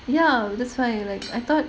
ya that's why I thought